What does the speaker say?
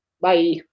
Bye